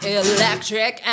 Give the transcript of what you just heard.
electric